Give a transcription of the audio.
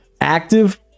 active